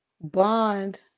bond